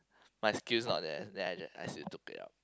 my skills not there then I still took it up